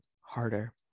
harder